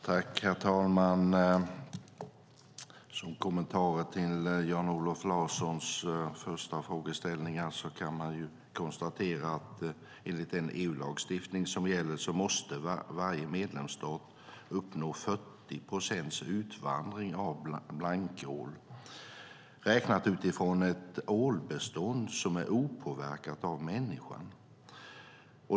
Herr talman! Som kommentar till Jan-Olof Larssons första frågeställning kan man konstatera att enligt den EU-lagstiftning som gäller måste varje medlemsstat uppnå 40 procents utvandring av blankål räknat utifrån ett ålbestånd som är opåverkat av människan.